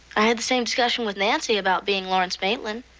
i had the same discussion with nancy about being lawrence maitland,